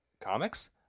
comics